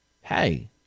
hey